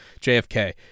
JFK